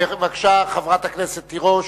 חברת הכנסת תירוש,